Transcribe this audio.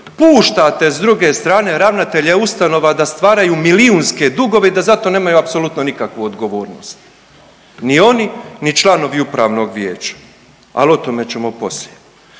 puštate s druge strane ravnatelje ustanova da stvaraju milijunske dugove i da za to nemaju apsolutno nikakvu odgovornost ni oni ni članovi Upravnog vijeća. Ali o tome ćemo poslije.